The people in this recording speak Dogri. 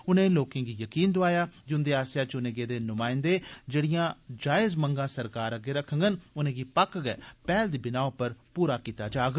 उन्ने लोकें गी यकीन दोआया जे उंदे आसेआ चुने गेदे नुमाइंदे जेहि़यां जायज़ मंगां सरकार अग्गे रक्खडन उनें'गी पक्क गै पैहल दी बिनाह उप्पर पूरा कीता जाग